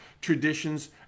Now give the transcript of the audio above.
traditions